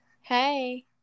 Hey